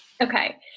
Okay